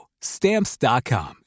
Stamps.com